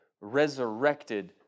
resurrected